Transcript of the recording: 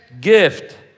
gift